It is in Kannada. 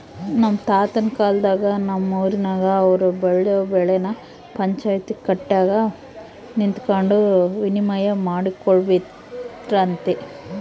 ನಮ್ ತಾತುನ್ ಕಾಲದಾಗ ನಮ್ ಊರಿನಾಗ ಅವ್ರು ಬೆಳ್ದ್ ಬೆಳೆನ ಪಂಚಾಯ್ತಿ ಕಟ್ಯಾಗ ನಿಂತಕಂಡು ವಿನಿಮಯ ಮಾಡಿಕೊಂಬ್ತಿದ್ರಂತೆ